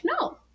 no